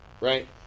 right